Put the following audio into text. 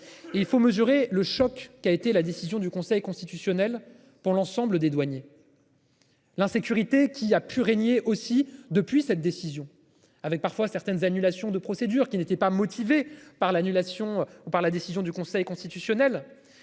Il faut mesurer le choc qui a été la décision du Conseil constitutionnel pour l'ensemble des douaniers. L'insécurité qui a pu régner aussi depuis cette décision avec parfois certaines annulations de procédure qui n'était pas motivée par l'annulation par la décision du Conseil constitutionnel.